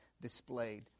displayed